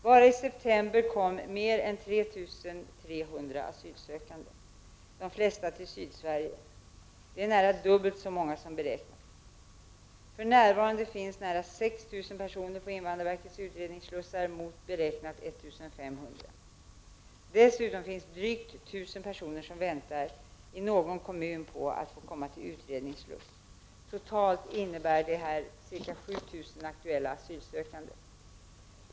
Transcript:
Bara i september kom mer än 3 300 asylsökande, de flesta till Sydsverige. Det är nära dubbelt så många som beräknat. För närvarande finns nära 6 000 personer på invandrarverkets utredningsslussar mot beräknat 1500. Dessutom finns drygt 1000 personer som väntar 15 i någon kommun på att få komma till utredningssluss. Totalt innebär detta ca 7000 aktuella asylsökande.